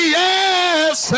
yes